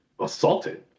assaulted